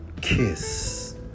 kiss